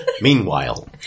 Meanwhile